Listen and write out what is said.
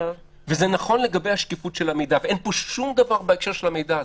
זה נכון לגבי השקיפות של המידע ואין פה שום דבר בהקשר של המידע הזה.